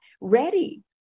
ready